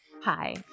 Hi